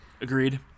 Agreed